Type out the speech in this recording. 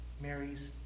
Mary's